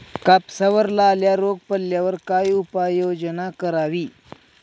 कापसावर लाल्या रोग पडल्यावर काय उपाययोजना करावी?